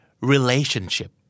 relationship